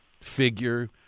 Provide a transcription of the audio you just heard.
figure